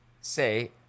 say